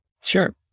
Sure